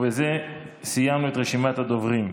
ובזה סיימנו את רשימת הדוברים.